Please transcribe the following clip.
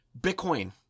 Bitcoin